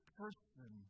person